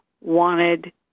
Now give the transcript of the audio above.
wanted